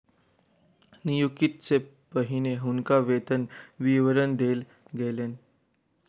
नियुक्ति सॅ पहिने हुनका वेतन विवरण देल गेलैन